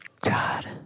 God